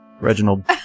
Reginald